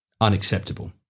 unacceptable